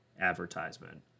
advertisement